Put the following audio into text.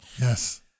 Yes